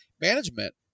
management